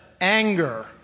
anger